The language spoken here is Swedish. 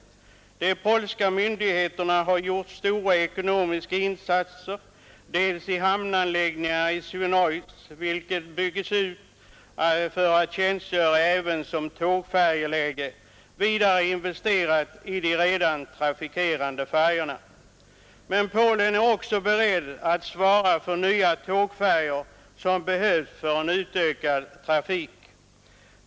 De polska myndigheterna har gjort stora ekonomiska insatser, bl.a. vid hamnanläggningen i Swinouj §cie, vilken bygges ut för att tjänstgöra även som tågfärjeläge. Vidare har man investerat i de redan trafikerande färjorna. Men i Polen är man också beredd att svara för nya tågfärjor som behövs till en utökad trafik.